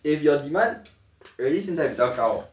if your demand at least 现在比较高